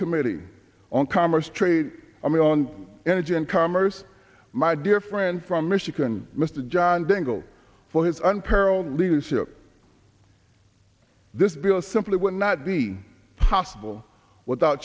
committee on commerce tree on energy and commerce my dear friend from michigan mr john dingell for his unparalleled leadership this bill simply would not be possible without